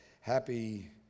happy